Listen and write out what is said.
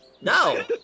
No